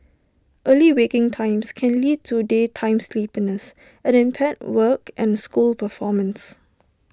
early waking times can lead to daytime sleepiness and impaired work and school performance